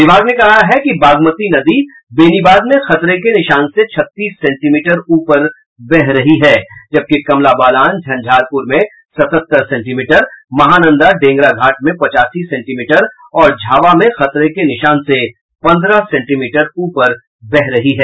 विभाग ने कहा है कि बागमती नदी बेनीबाद में खतरे के निशान से छत्तीस सेंटीमीटर ऊपर बह रही है जबकि कमला बलान झंझारपुर में सतहत्तर सेंटीमीटर महानंदा डेंगरा घाट में पचासी सेंटीमीटर और झावा में खतरे के निशान से पंद्रह सेंटीमीटर ऊपर बह रही है